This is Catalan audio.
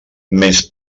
menys